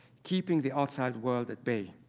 keeping the outside world at bay.